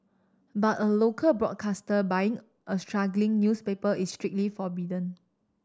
but a local broadcaster buying a struggling newspaper is strictly forbidden